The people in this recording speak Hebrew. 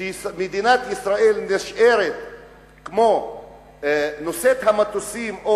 שמדינת ישראל תישאר כמו נושאת המטוסים או